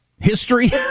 history